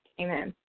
Amen